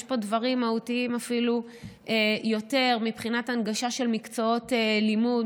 יש פה דברים מהותיים אפילו יותר מבחינת הנגשה של מקצועות לימוד,